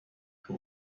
who